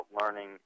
learning